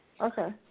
Okay